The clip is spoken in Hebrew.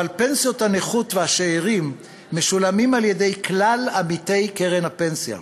אבל פנסיות הנכות והשאירים משולמות על-ידי כלל עמיתי קרן הפנסיה.